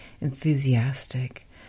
enthusiastic